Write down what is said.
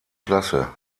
klasse